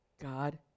God